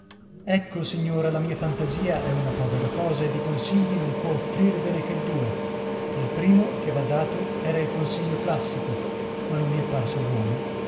ecco signora la mia fantasia è una povera cosa e di consigli non può offrirvene che due il primo che v'ha dato era il consiglio classico ma non vi è parso buono